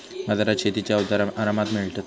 बाजारात शेतीची अवजारा आरामात मिळतत